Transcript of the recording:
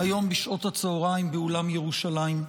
היום בשעות הצוהריים באולם ירושלים.